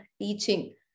teaching